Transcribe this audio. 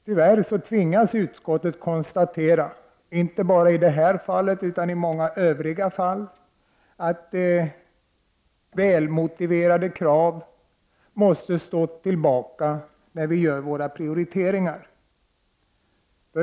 Tyvärr tvingas utskottet konstatera, inte bara i det här fallet utan också i många övriga fall, att väl motiverade krav måste stå tillbaka när vi gör våra prioriteringar.